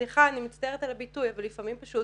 סליחה, אני מצטערת על הביטוי אבל לפעמים פשוט